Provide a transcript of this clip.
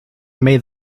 may